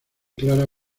clara